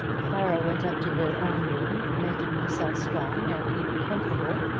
clara went up to her own room, making herself strong and even comfortable,